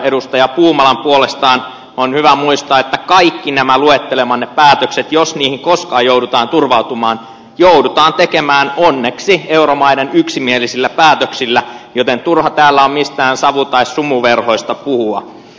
edustaja puumalan puolestaan on hyvä muistaa että kaikki nämä luettelemanne päätökset jos niihin koskaan joudutaan turvautumaan joudutaan tekemään onneksi euromaiden yksimielisillä päätöksillä joten turha täällä on mistään savu tai sumuverhoista puhua